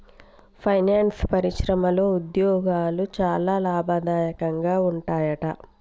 finance పరిశ్రమలో ఉద్యోగాలు చాలా లాభదాయకంగా ఉంటాయట